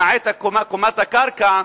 למעט קומת הקרקע,